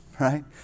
Right